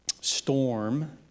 storm